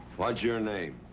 what's your name?